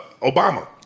Obama